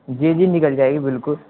جی جی نکل جائے گی بالکل